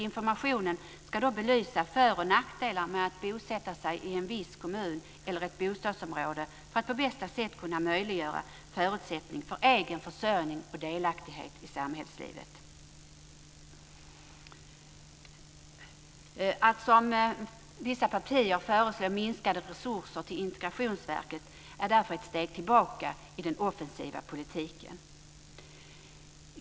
Informationen ska belysa för och nackdelar med att bosätta sig i en viss kommun eller ett bostadsområde för att på bästa sätt kunna möjliggöra förutsättning för egen försörjning och delaktighet i samhällslivet. Att som vissa partier föreslå minskade resurser till Integrationsverket är därför ett steg tillbaka i den offensiva politiken.